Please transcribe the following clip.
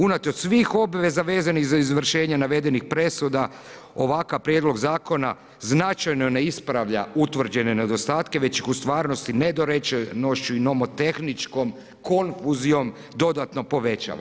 Unatoč svih obveza vezanih za izvršenje navedenih presuda, ovakav Prijedlog zakona značajno ne ispravlja utvrđene nedostatke, već ih u stvarnosti nedorečenošću i novotehničkom konfuzijom dodatno povećava.